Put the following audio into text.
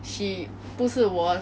she 不是我